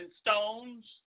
stones